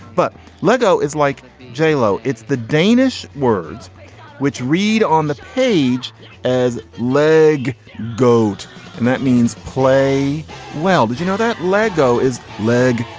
but lego is like j-lo. it's the danish words which read on the page as leg goat. and that means play well. did you know that lego is leg?